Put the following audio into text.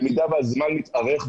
במידה והזמן מתארך,